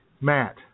Matt